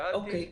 אוקיי.